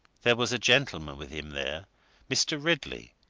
there was a gentleman with him there mr. ridley,